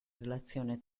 relazione